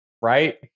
Right